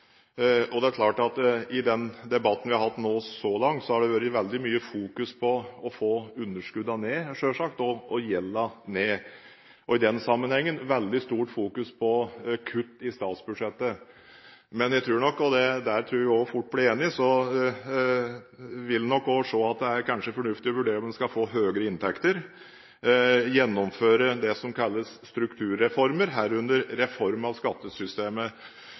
I den debatten vi har hatt så langt, har det selvsagt vært veldig mye fokusering på å få underskuddene og gjelden ned og – i den sammenheng – på kutt i statsbudsjettet. Her tror jeg vi også fort blir enige. Så vil en nok også se at det kanskje er fornuftig å vurdere om en skal få høyere inntekter, gjennomføre det som kalles strukturreformer, herunder reform av skattesystemet.